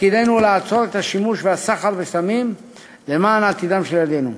תפקידנו הוא לעצור את השימוש והסחר בסמים למען עתידם של ילדינו.